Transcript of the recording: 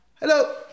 hello